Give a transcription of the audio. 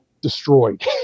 destroyed